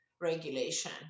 regulation